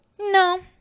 no